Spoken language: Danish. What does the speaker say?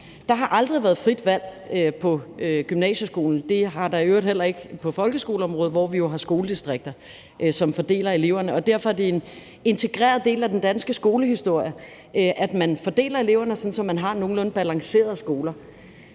Der har aldrig været et frit valg på gymnasieskolen, og det har der i øvrigt heller ikke været på folkeskoleområdet, hvor vi jo har skoledistrikter, som fordeler eleverne. Derfor er det en integreret del af den danske skolehistorie, at man fordeler eleverne, sådan at man har nogenlunde balancerede skoler,